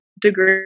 degree